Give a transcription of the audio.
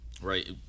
right